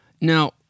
Now